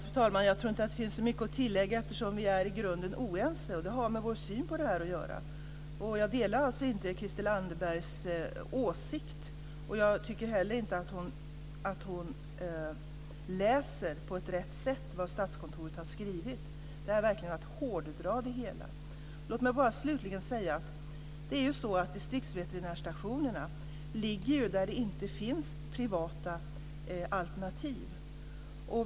Fru talman! Jag tror inte att det finns så mycket att tillägga eftersom vi är i grunden oense. Det har med vår syn på det här att göra. Jag delar alltså inte Christel Anderbergs åsikt, och jag tycker inte heller att hon läser vad Statskontoret har skrivit på rätt sätt. Det här är verkligen att hårdra det hela. Låt mig slutligen bara säga att distriktveterinärstationerna ligger där det inte finns privata alternativ.